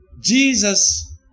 Jesus